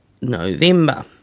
November